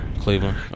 Cleveland